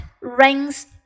rings